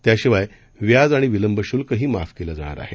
त्याशिवाय व्याज आणि विलंबशुल्कंही माफ केलं जाणार आहे